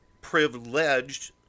Privileged